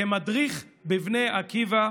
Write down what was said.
כמדריך בבני עקיבא.